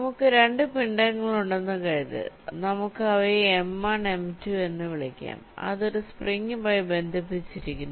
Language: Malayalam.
നമുക്ക് രണ്ട് പിണ്ഡങ്ങളുണ്ടെന്ന് കരുതുക നമുക്ക് അവയെ m1 m2 എന്ന് വിളിക്കാം അത് ഒരു സ്പ്രിങുമായി ബന്ധിപ്പിച്ചിരിക്കുന്നു